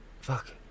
Fuck